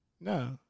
No